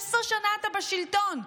16 שנה אתה בשלטון.